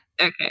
okay